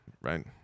right